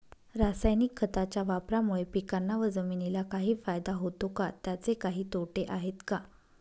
रासायनिक खताच्या वापरामुळे पिकांना व जमिनीला काही फायदा होतो का? त्याचे काही तोटे आहेत का?